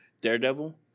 daredevil